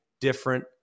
different